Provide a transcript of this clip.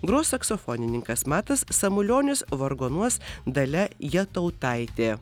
gros saksofonininkas matas samulionis vargonuos dalia jatautaitė